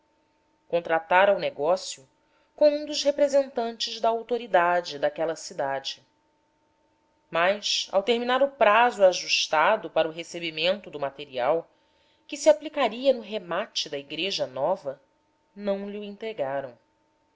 contratara o negócio com um dos representantes da autoridade daquela cidade mas ao terminar o prazo ajustado para o recebimento do material que se aplicaria no remate da igreja nova não lho entregaram